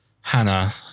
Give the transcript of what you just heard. Hannah